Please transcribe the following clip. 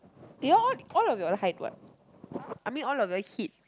you all all of your hide what I mean all of you all hid